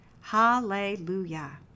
Hallelujah